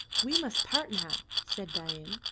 we must part now, said dain,